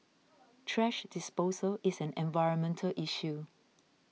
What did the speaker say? trash disposal is an environmental issue